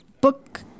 book